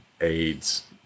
aids